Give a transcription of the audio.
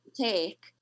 take